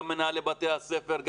גם מנהלי בתי הספר,